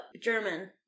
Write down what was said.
German